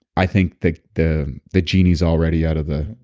i think that the the genie's already out of the.